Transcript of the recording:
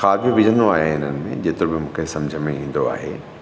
खाद विझंदो आहियां इन्हनि में जेतिरो मूंखे समुझ में ईंदो आहे